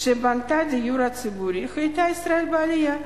שבנתה דיור ציבורי היתה ישראל בעלייה,